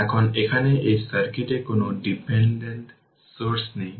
এখন এখানে এই সার্কিটে কোন ডিপেন্ডেন্ট সোর্স নেই